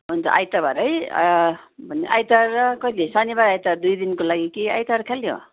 हुन्छ आइतबार है भने आइतबार र कहिले शनिबार आइतबार दुई दिनको लागि कि आइतबार खालि हो